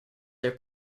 their